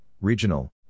regional